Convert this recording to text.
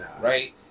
Right